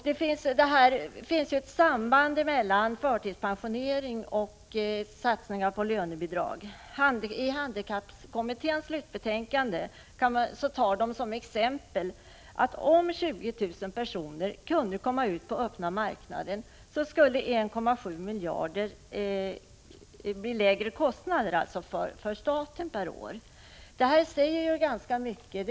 Det finns ett samband mellan förtidspensionering och satsningar på lönebidrag. I handikappkommitténs slutbetänkande nämner man som ett exempel att om 20 000 personer kunde komma ut på den öppna marknaden, skulle kostnaderna för staten bli 1,7 miljarder lägre per år. Det säger ganska mycket.